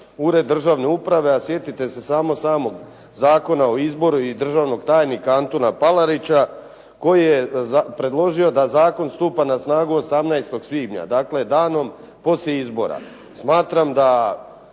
ured državne uprave. A sjetite se samo samog Zakona o izboru i državnog tajnika Antuna Paralića koji je predložio da zakon stupa na snagu 18. svibnja. Dakle, danom poslije izbora. Smatram da